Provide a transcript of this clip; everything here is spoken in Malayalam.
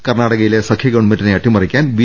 കർണ്ണാടകയിലെ സഖ്യ ഗവൺമെന്റിനെ അട്ടിമറിക്കാൻ ബി